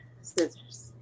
scissors